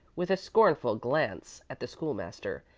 with a scornful glance at the school-master.